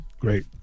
Great